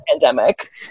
Pandemic